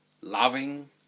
loving